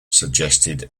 suggested